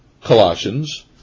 Colossians